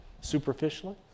superficially